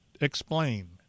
Explain